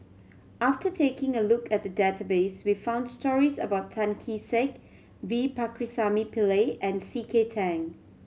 after taking a look at the database we found stories about Tan Kee Sek V Pakirisamy Pillai and C K Tang